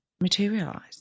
materialize